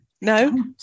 no